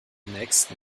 nächsten